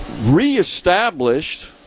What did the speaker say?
reestablished